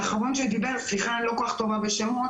האחרון שדיבר, סליחה שאני לא כל כך טובה בשמות,